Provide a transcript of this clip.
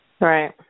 right